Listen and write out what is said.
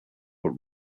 but